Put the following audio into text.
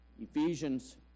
Ephesians